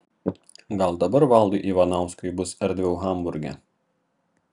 gal dabar valdui ivanauskui bus erdviau hamburge